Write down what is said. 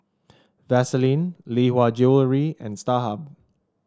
Vaseline Lee Hwa Jewellery and Starhub